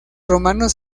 romanos